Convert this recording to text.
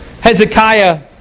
Hezekiah